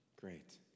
Great